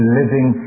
living